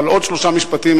אבל עוד שלושה משפטים,